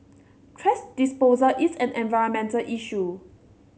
thrash disposal is an environmental issue